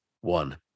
one